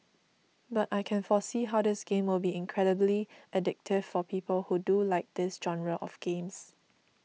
but I can foresee how this game will be incredibly addictive for people who do like this genre of games